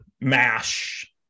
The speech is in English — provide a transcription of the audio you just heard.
MASH